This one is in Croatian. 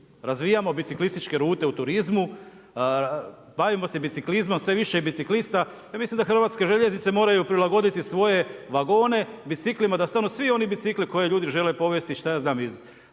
Razvijamo biciklističke rute u turizmu, bavimo se biciklizmom, sve više je biciklista, ja mislim da HŽ moraju prilagoditi svoje vagone, biciklima da stanu svi oni bicikli koje ljudi žele povesti, šta ja znam, iz